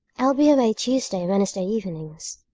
i'll be away tuesday and wednesday evenings,